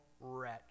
Wretch